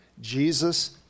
Jesus